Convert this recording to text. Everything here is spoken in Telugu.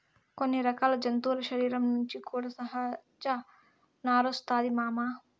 కొన్ని రకాల జంతువుల శరీరం నుంచి కూడా సహజ నారొస్తాది మామ